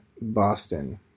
Boston